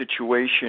situation